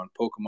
pokemon